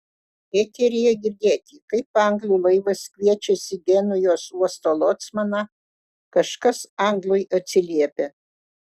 eteryje girdėti kaip anglų laivas kviečiasi genujos uosto locmaną kažkas anglui atsiliepia